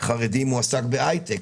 מועסק בהייטק.